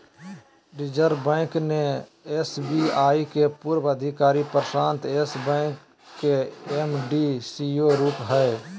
reserve bank ने SBI के पूर्व अधिकारी प्रशांत यस बैंक के एम.डी, सी.ई.ओ रूप हइ